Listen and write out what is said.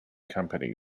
company